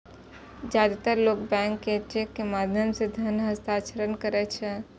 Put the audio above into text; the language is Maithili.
जादेतर लोग बैंक चेक के माध्यम सं धन हस्तांतरण करै छै